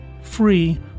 free